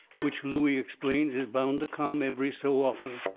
which looey explains is bound to come every so often.